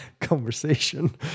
conversation